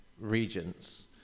Regents